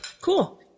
Cool